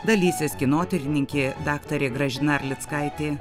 dalysis kinotyrininkė daktarė gražina arlickaitė